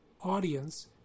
audience